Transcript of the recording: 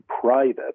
private